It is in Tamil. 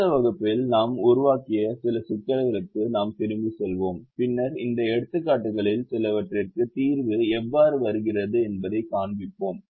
அடுத்த வகுப்பில் நாம் உருவாக்கிய சில சிக்கல்களுக்கு நாம் திரும்பிச் செல்வோம் பின்னர் இந்த எடுத்துக்காட்டுகளில் சிலவற்றிற்கு தீர்வு எவ்வாறு வருகிறது என்பதைக் காண்பிப்போம்